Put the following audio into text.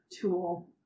tool